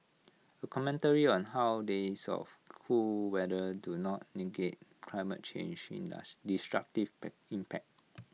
A commentary on how days of cool weather do not negate climate change destructive impact